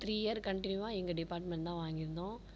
three year கன்ட்டினியூவாக எங்கள் department தான் வாங்கியிருந்தோம்